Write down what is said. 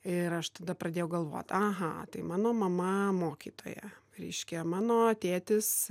ir aš tada pradėjau galvot aha tai mano mama mokytoja reiškia mano tėtis